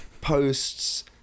posts